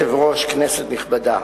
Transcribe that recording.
אדוני היושב-ראש, כנסת נכבדה,